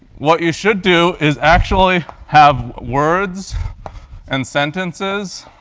what you should do is actually have words and sentences.